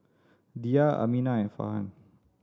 Dhia Aminah and Farhan